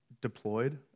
deployed